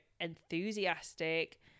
enthusiastic